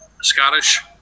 Scottish